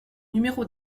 numéro